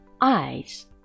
eyes